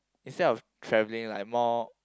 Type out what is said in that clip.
instead of travelling like more